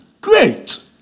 Great